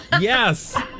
Yes